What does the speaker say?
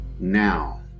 Now